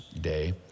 day